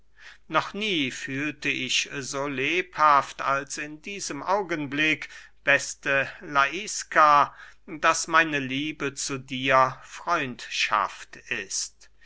noch nie fühlte ich so lebhaft als in diesem augenblick beste laiska daß meine liebe zu dir freundschaft ist